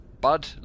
Bud